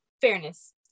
fairness